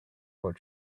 while